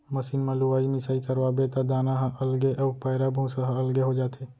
machine म लुवाई मिसाई करवाबे त दाना ह अलगे अउ पैरा भूसा ह अलगे हो जाथे